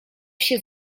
się